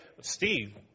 Steve